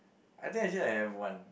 I think I actually have one